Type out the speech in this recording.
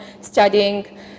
studying